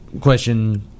question